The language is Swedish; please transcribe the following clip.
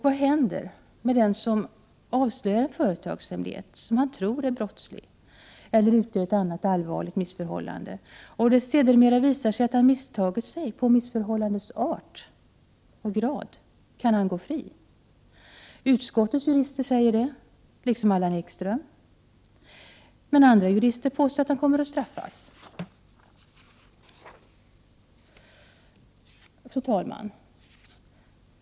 Vad händer med den som avslöjar en företagshemlighet, som han tror är brottslig eller utgör ett annat allvarligt missförhållande, och det sedermera visar sig att han misstagit sig på missförhållandets art och grad? Kan han gå fri? Utskottets jurister säger det, liksom Allan Ekström. Men andra jurister påstår att han kommer att straffas. Fru talman!